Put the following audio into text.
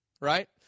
Right